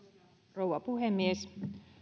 rouva puhemies